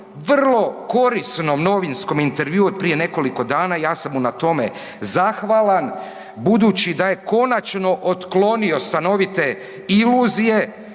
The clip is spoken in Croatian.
vrlo korisnom novinskom intervjuu od prije nekoliko dana, ja sam mu na tome zahvalan, budući da je konačno otklonio stanovite iluzije